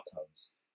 outcomes